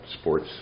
sports